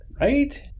Right